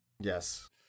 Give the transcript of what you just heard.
Yes